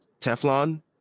Teflon